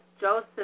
Joseph